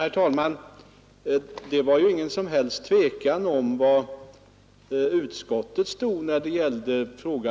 Herr talman! Det var inget som helst tvivel om var utskottet stod när det gällde